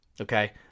Okay